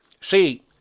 See